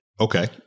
Okay